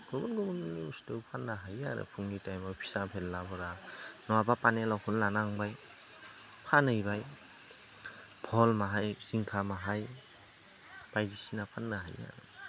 गुबुन गुबुन बुस्थु फाननो हायो आरो फुंनि टाइमआव फिसा फेलाफोरा नङाब्ला पानिलावखोनो लानांबाय फानहैबाय बहल माहाय जिंखा माहाय बायदिसिना फाननो हायो